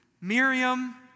Miriam